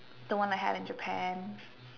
the one I have in Japan